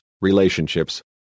relationships